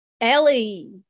ellie